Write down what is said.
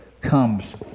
comes